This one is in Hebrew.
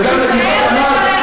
וגם הייתי בגבעת-עמל,